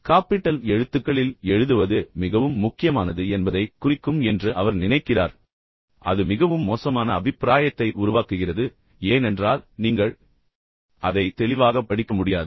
capital எழுத்துக்களில் எழுதுவது மிகவும் முக்கியமானது என்பதைக் குறிக்கும் என்று அவர் நினைக்கிறார் ஆனால் அது மிகவும் மோசமான அபிப்பிராயத்தை உருவாக்குகிறது ஏனென்றால் நீங்கள் அதை தெளிவாக படிக்க முடியாது